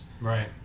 Right